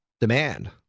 demand